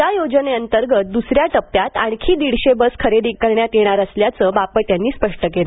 या योजनेअंतर्गत द्सऱ्या टप्प्यात आणखी दीडशे बस खरेदी करण्यात येणार असल्याचं बापट यांनी स्पष्ट केलं